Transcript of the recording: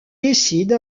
décide